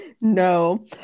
No